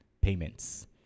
payments